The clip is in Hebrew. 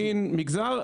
מין ומגזר.